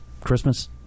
Christmas